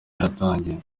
yaratangiye